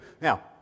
Now